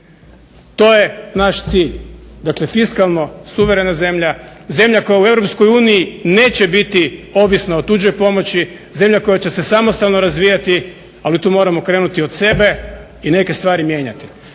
To je naš cilj. Dakle, fiskalno suverena zemlja, zemlja koja u Europskoj uniji neće biti ovisna o tuđoj pomoći, zemlja koja će se samostalno razvijati. Ali tu moramo krenuti od sebe i neke stvari mijenjati.